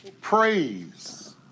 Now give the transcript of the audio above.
praise